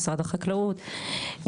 משרד החקלאות,